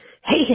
Hey